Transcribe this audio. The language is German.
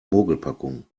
mogelpackung